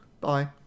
Bye